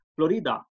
Florida